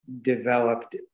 developed